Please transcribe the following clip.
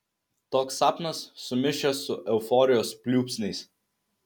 toks sapnas sumišęs su euforijos pliūpsniais